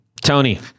Tony